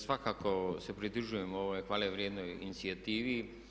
Svakako se pridružujemo ovoj hvale vrijednoj inicijativi.